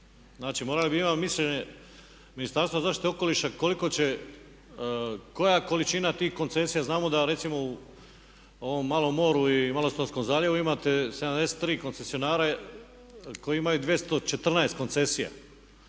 morali bi imat mišljenje Ministarstva zaštite okoliša koliko će, koja količina tih koncesija. Znamo da recimo u ovom Malom moru i Malostonskom zaljevu imate 73 koncesionara koji imaju 214 koncesija.